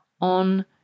on